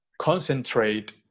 concentrate